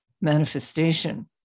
manifestation